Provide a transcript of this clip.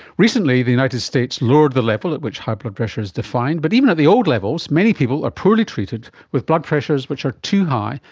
recently the united states lowered the level at which high blood pressure is defined, but even at the old levels, many people are poorly treated, with blood pressures that are too high,